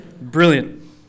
Brilliant